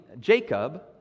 Jacob